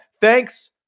Thanks